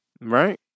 right